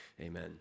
Amen